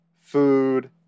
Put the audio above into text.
food